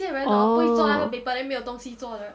oh